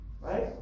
right